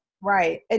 Right